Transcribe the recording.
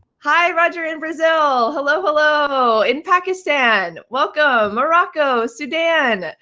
hi, roger in brazil. hello, hello in pakistan. welcome. morocco, sudan,